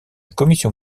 commission